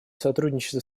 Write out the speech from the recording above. сотрудничество